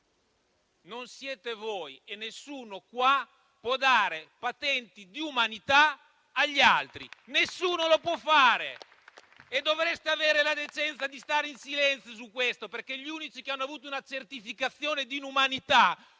tempo fa: voi e nessun altro qua dentro può dare patenti di umanità agli altri. Nessuno lo può fare e dovreste avere la decenza di stare in silenzio su questo, perché gli unici che hanno avuto una certificazione di inumanità